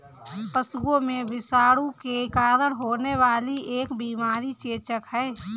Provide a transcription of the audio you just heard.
पशुओं में विषाणु के कारण होने वाली एक बीमारी चेचक है